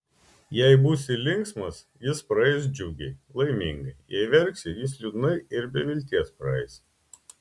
jei būsi linksmas jis praeis džiugiai laimingai jei verksi jis liūdnai ir be vilties praeis